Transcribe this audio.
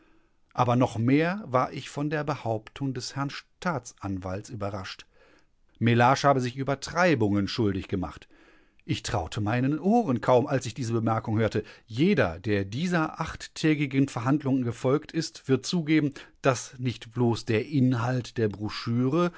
aber noch mehr war ich von der behauptung des herrn staatsanwalts überrascht mellage habe sich übertreibungen schuldig gemacht ich traute meinen ohren kaum als ich diese bemerkung hörte jeder der dieser achttägigen verhandlung gefolgt ist wird zugeben daß nicht bloß der inhalt der broschüre